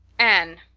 anne,